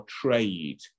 trade